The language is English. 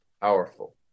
powerful